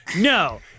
no